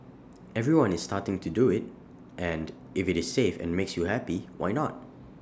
everyone is starting to do IT and if IT is safe and makes you happy why not